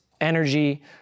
energy